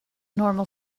normal